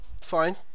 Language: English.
Fine